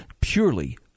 purely